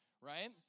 right